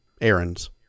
errands